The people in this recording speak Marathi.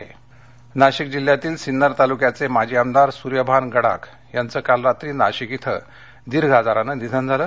निधन नाशिक नाशिक जिल्ह्यातील सिन्नर तालुक्याचे माजी आमदार सूर्यभान गडाख यांचे काल रात्री नाशिक इथं दीर्घ आजारानं निधन झाले